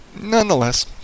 nonetheless